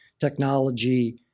technology